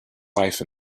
life